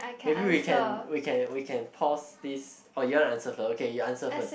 maybe we can we can we can pause this oh you want to answer first okay you answer first